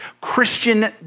Christian